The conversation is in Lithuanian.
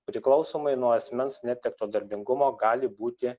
priklausomai nuo asmens netekto darbingumo gali būti